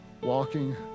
walking